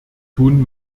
tun